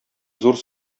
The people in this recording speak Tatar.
зур